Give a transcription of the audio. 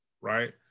right